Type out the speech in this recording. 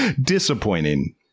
disappointing